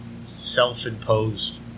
self-imposed